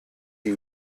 die